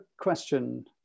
question